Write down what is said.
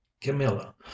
camilla